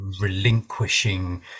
relinquishing